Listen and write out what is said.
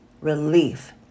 relief